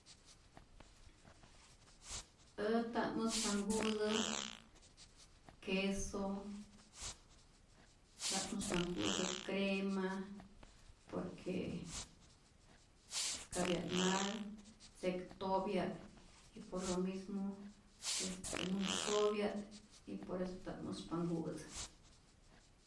Ät nta't muspa nku'tä keso, nta't muspa nku'tä crema por que tzyäjkapya't mal, tzek topya't y por lo mismo este mäsopya't y por eso nta't muspa nku'tä.